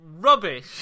rubbish